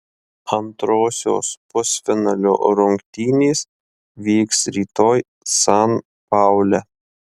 antrosios pusfinalio rungtynės vyks rytoj san paule